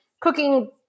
cooking